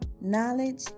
knowledge